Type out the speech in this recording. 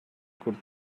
could